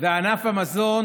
וענף המזון